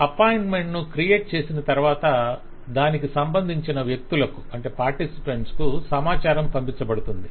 appointment ను create చేసిన తర్వాత దానికి సంబంధించిన వ్యక్తులకు సమాచారం పంపించబడుతుంది